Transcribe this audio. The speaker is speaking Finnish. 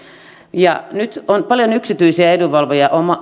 nyt on paljon yksityisiä edunvalvojia